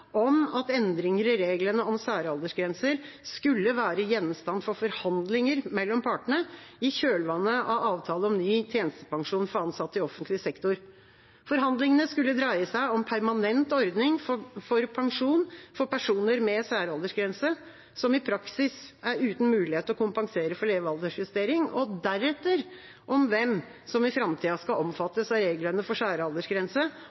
om at endringer i reglene om særaldersgrenser skulle være gjenstand for forhandlinger mellom partene i kjølvannet av avtale om ny tjenestepensjon for ansatte i offentlig sektor. Forhandlingene skulle dreie seg om permanent ordning for pensjon for personer med særaldersgrense, som i praksis er uten mulighet til å kompensere for levealdersjustering, og deretter om hvem som i framtida skal